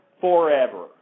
forever